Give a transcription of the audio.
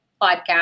podcast